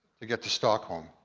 to get to stockholm.